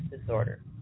disorder